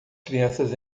crianças